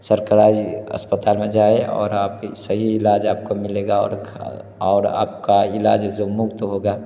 सरकारी अस्पताल में जाए और आप सही इलाज आप को मिलेगा और खा और आप का इलाज जो मुफ़्त होगा